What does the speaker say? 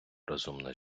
розумна